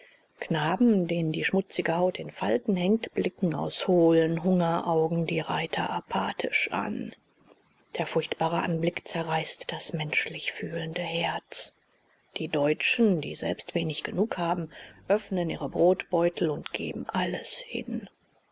knaben denen die schmutzige haut in falten hängt blicken aus hohlen hungeraugen die reiter apathisch an der furchtbare anblick zerreißt das menschlich fühlende herz die deutschen die selbst wenig genug haben öffnen ihre brotbeutel und geben alles hin